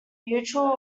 mutual